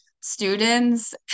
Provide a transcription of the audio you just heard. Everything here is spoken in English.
students